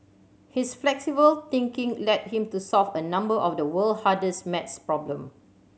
his flexible thinking led him to solve a number of the world hardest math problem